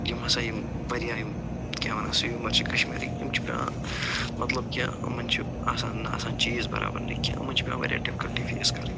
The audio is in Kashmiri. یِم ہسا یِم واریاہ یِم کیٛاہ وَنان سِویٖمَر چھِ کَشمیٖرکۍ یِم چھِ پٮ۪وان مطلب کیٛاہ یِمَن چھِ آسان نہ آسان چیٖز برابر نہ کیٚنہہ یِمَن چھِ پٮ۪وان واریاہ ڈِفکَلٹی فیس کَرٕنۍ